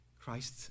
Christ